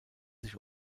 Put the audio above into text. sich